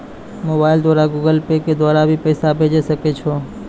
Mobile द्वारा Google Pay के द्वारा भी पैसा भेजै सकै छौ?